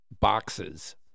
Boxes